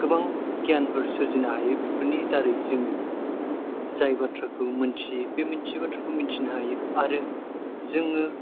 गोबां गियानफोर सोरजिनो हायो बेफोरनि दारै जों जाय बाथ्राखौ मिनथियै बे मिनथियै बाथ्राखौ मिथिनो हायो आरो जोङो